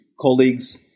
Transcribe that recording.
colleagues